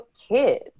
kids